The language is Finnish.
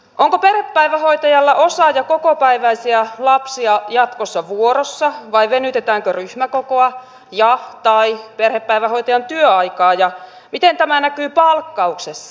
onko perhepäivähoitajalla osa ja kokopäiväisiä lapsia jatkossa vuorossa vai venytetäänkö ryhmäkokoa tai perhepäivähoitajan työaikaa ja miten tämä näkyy palkkauksessa